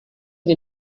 que